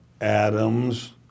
Adams